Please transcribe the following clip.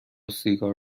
سیگار